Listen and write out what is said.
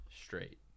straight